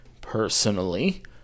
personally